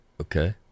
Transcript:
okay